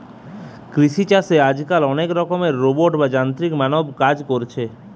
কৃষি চাষে আজকাল অনেক রকমের রোবট বা যান্ত্রিক মানব কাজ কোরছে